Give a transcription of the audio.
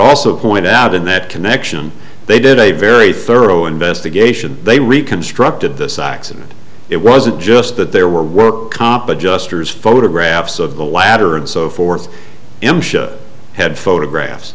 also point out in that connection they did a very thorough investigation they reconstructed this accident it wasn't just that there were work comp adjusters photographs of the latter and so forth him show had photographs